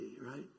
right